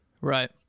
Right